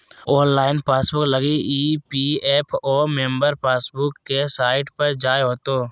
online passbook लगी EPFO member passbook के site पर जाय होतो